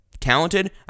Talented